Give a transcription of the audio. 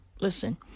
listen